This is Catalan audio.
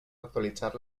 actualitzar